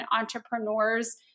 entrepreneurs